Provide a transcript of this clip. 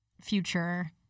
future